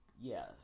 Yes